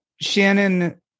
Shannon